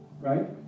right